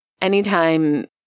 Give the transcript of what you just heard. Anytime